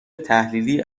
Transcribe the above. تحلیلی